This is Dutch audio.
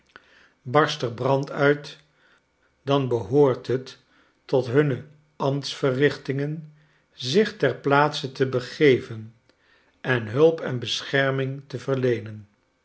er brand uit dan behoort het tot hunne ambtsverrichtingen zich ter plaatse te begeven en hulp en bescherming te verleenen